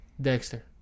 Dexter